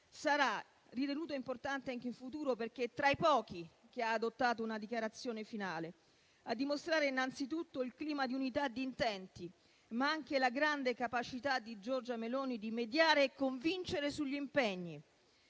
sarà ritenuto importante anche in futuro perché è tra i pochi ad aver adottato una dichiarazione finale, a dimostrare innanzitutto il clima di unità di intenti, ma anche la grande capacità di Giorgia Meloni di mediare e convincere sugli impegni